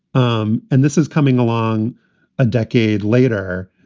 um and this is coming along a decade later.